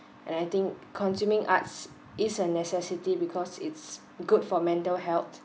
and I think consuming arts is a necessity because it's good for mental health